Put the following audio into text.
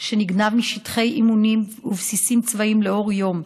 שנגנב משטחי אימונים ובסיסים צבאיים לאור יום.